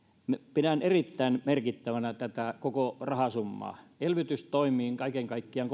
pidän erittäin merkittävänä tätä koko rahasummaa elvytystoimiin kaiken kaikkiaan